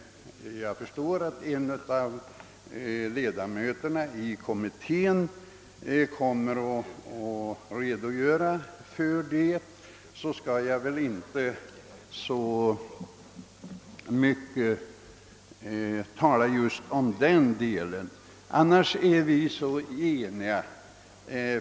Jag förmodar att en av ledamöterna i kommittén kommer att redogöra för detta, och jag skall därför inte så mycket uppehålla mig vid det.